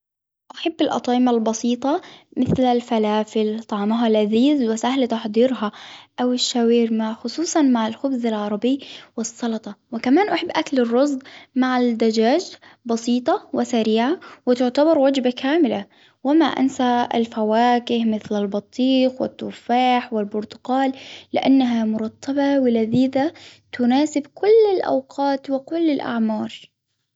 أحب الأطعمة البسيطة مثل الفلافل طعمها لذيذ وسهل تحضيرها أو الشاورما خصوصا مع الخبز العربي والسلطة. وكمان أحب أكل الرز مع الدجاج بسيطة وسريعة وتعتبر وجبة كاملة. وما أنسى الفواكه مثل البطيخ والبرتقال لأنها مرطبة ولذيذة تناسب كل الاوقات وكل الأعمار.